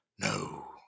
No